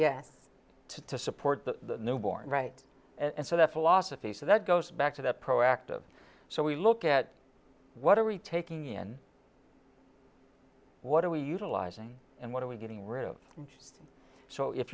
to support the newborn right and so that philosophy so that goes back to that proactive so we look at what are we taking in what are we utilizing and what are we getting rid of and so if